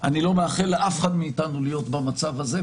אני לא מאחל לאף אחד מאתנו להיות במצב הזה,